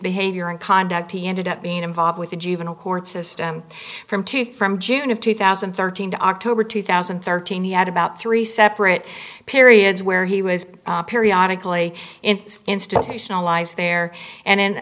behavior and conduct he ended up being involved with the juvenile court system from two from june of two thousand and thirteen to october two thousand and thirteen he had about three separate periods where he was periodic lay in institutionalized there and in